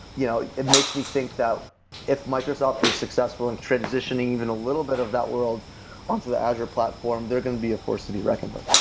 you know it makes me think that if microsoft is successful in transitioning even a little bit of that world on to the azure platform, they're going to be a force to be reckoned with